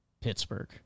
Pittsburgh